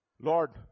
Lord